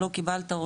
לא קיבלת,